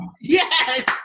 Yes